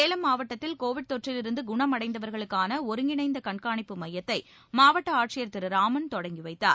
சேலம் மாவட்டத்தில் கோவிட் தொற்றிலிருந்து குணமடைந்தவர்களுக்கான ஒருங்கிணைந்த கண்காணிப்பு மையத்தை மாவட்ட ஆட்சியர் திரு ராமன் தொடங்கி வைத்தார்